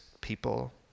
people